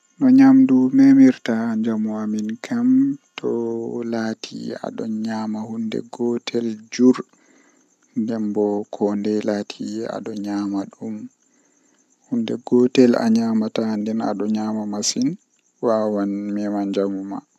To ayidi ahawra shayi arandewol kam awada ndiym haa nder koofi deidei ko ayidi yarugo, Nden awadda ganye haako jei be wadirta tea man awaila haa nder awada shuga alanya jam ahebi tea malla shayi ma.